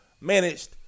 managed